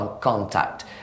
contact